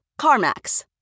CarMax